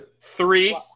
three